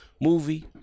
movie